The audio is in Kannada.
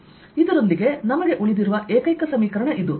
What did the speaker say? ಆದ್ದರಿಂದ ಇದರೊಂದಿಗೆ ನಮಗೆ ಉಳಿದಿರುವ ಏಕೈಕ ಸಮೀಕರಣ ಇದು